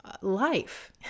life